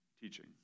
teaching